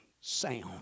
sound